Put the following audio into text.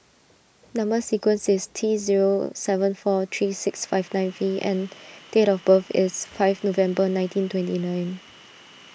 Number Sequence is T zero seven four three six five nine V and date of birth is five November nineteen twenty nine